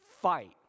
fight